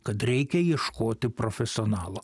kad reikia ieškoti profesionalo